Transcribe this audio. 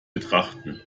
betrachten